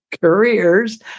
careers